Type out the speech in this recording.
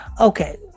Okay